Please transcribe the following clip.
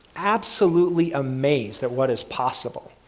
absolutely amazed at what is possible.